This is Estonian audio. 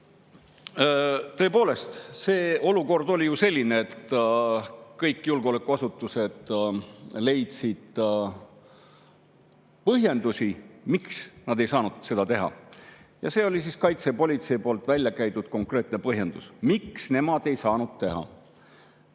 Tõepoolest, see olukord oli ju selline, et kõik julgeolekuasutused leidsid põhjendusi, miks nad ei saanud seda teha. See oli siis kaitsepolitsei väljakäidud konkreetne põhjendus, miks nemad ei saanud seda